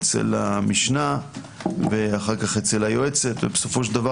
אצל המשנה ואחר כך אצל היועצת ובסופו של דבר